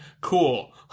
cool